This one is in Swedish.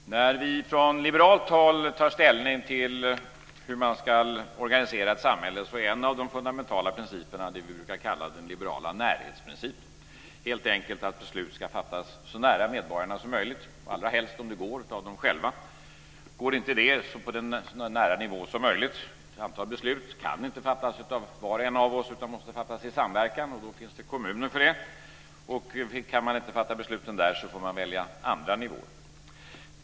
Fru talman! När vi från liberalt håll tar ställning till hur man ska organisera ett samhälle är en av de fundamentala principerna det som vi brukar kalla den liberala närhetsprincipen, helt enkelt att beslut ska fattas så nära medborgarna som möjligt - allrahelst, om det går, av dem själva. Går inte det ska det ske på en så nära nivå som möjligt. Ett antal beslut kan inte fattas av var och en av oss utan måste fattas i samverkan. Då finns det kommuner för det. Kan man inte fatta besluten där så får man välja andra nivåer.